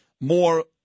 more